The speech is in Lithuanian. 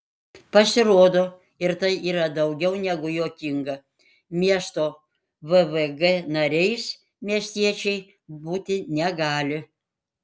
pasirodo ir tai yra daugiau negu juokinga miesto vvg nariais miestiečiai būti negali